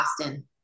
Austin